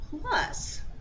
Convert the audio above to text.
plus